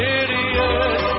idiot